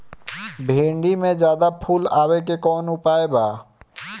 भिन्डी में ज्यादा फुल आवे के कौन उपाय बा?